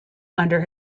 under